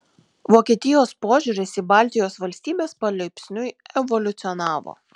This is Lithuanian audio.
vokietijos požiūris į baltijos valstybes palaipsniui evoliucionavo